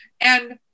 And-